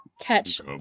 catch